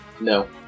No